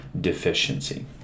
deficiency